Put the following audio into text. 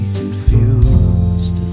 confused